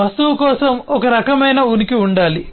వస్తువు కోసం ఒక రకమైన ఉనికి ఉండాలి